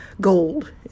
gold